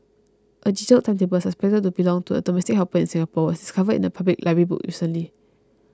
a detailed timetable suspected to belong to a domestic helper in Singapore was discovered in a public library book recently